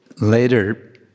Later